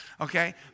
okay